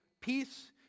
peace